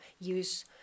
use